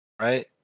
right